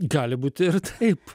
gali būti ir taip